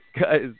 guys